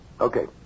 Okay